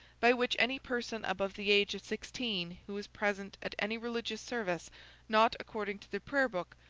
by which any person above the age of sixteen who was present at any religious service not according to the prayer-book,